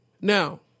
Now